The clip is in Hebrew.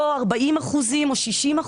לא 40% או 60%,